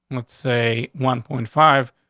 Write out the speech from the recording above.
let's say one point five.